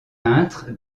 peintre